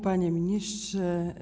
Panie Ministrze!